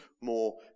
more